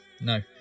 no